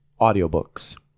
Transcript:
audiobooks